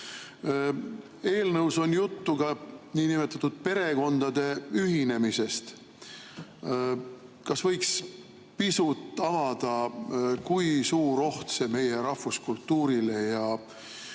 Eelnõus on juttu ka niinimetatud perekondade ühinemisest. Kas võiksid pisut avada, kui suur oht see meie rahvuskultuurile